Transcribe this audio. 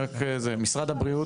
משרד הבריאות